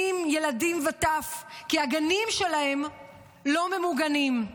ילדים וטף כי הגנים שלהם לא ממוגנים.